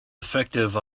effective